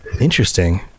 Interesting